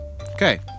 Okay